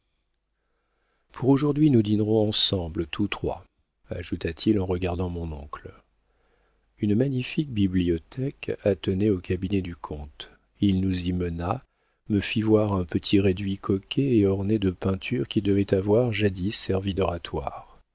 pour aujourd'hui nous dînerons ensemble tous trois ajouta-t-il en regardant mon oncle une magnifique bibliothèque attenait au cabinet du comte il nous y mena me fit voir un petit réduit coquet et orné de peintures qui devait avoir jadis servi d'oratoire